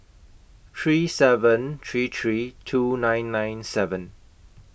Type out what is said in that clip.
three seven three three two nine nine seven